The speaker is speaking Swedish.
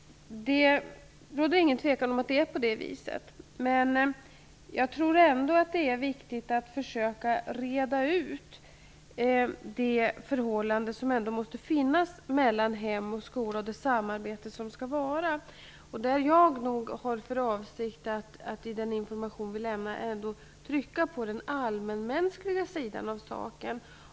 Det råder ingen tvekan om att det är på det viset. Men jag tror ändå att det är viktigt att försöka reda ut det förhållande som måste finnas mellan hem och skola och det samarbete som skall förekomma. Jag har för avsikt att i den information som vi skall lämna trycka på den allmänmänskliga sidan av saken.